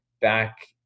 back